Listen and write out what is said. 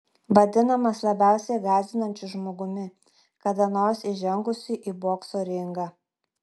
vadinamas labiausiai gąsdinančiu žmogumi kada nors įžengusiu į bokso ringą